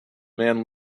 man